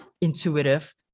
intuitive